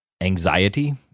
anxiety